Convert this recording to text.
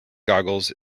goggles